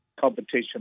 competition